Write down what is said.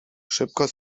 szybko